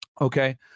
okay